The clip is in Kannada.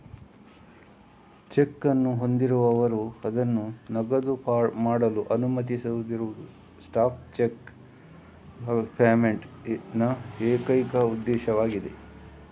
ಚೆಕ್ ಅನ್ನು ಹೊಂದಿರುವವರು ಅದನ್ನು ನಗದು ಮಾಡಲು ಅನುಮತಿಸದಿರುವುದು ಸ್ಟಾಪ್ ಚೆಕ್ ಪೇಮೆಂಟ್ ನ ಏಕೈಕ ಉದ್ದೇಶವಾಗಿದೆ